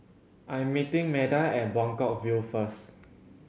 I am meeting Meda at Buangkok View first